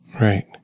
Right